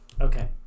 Okay